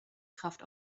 kraft